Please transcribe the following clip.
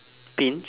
pinch